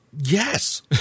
Yes